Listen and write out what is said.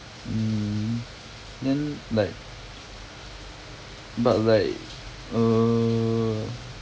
mm then like but like err